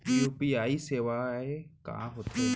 UPI सेवाएं का होथे